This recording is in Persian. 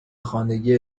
خانگی